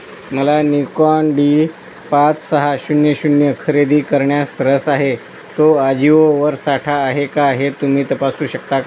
मला Nikon D पाच सहा शून्य शून्य खरेदी करण्यास रस आहे तो आजिओवर साठा आहे का हे तुम्ही तपासू शकता का